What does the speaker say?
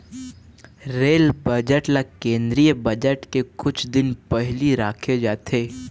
rail budget ल केंद्रीय budget के कुछ दिन पहिली राखे जाथे